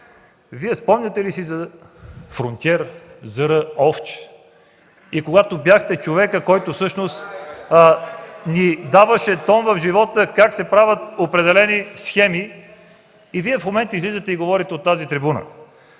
спомняте ли си за „Фронтиер”, за Р. Овч., и когато бяхте човекът, който всъщност ни даваше тон в живота как се правят определени схеми, в момента излизате и говорите от тази трибуна…